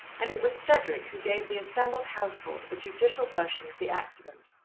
and it was cedric who gave the assembled household a judicial version of the accident.